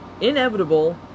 inevitable